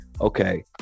Okay